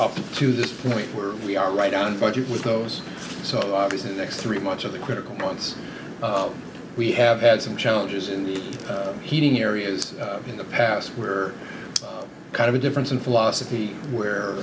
up to this point where we are right on budget with those so obviously next three months of the critical months we have had some challenges in the heating areas in the past where kind of a difference in philosophy where